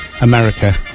America